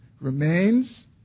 remains